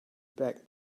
back